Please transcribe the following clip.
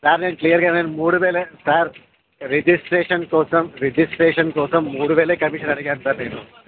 sir నేను క్లియర్గానే మూడువేలే సార్ రిజిస్ట్రేషన్ కోసం రిజిస్ట్రేషన్ కోసం మూడువేలే కమిషన్ అడిగాను సార్ నేను